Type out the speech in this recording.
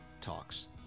talks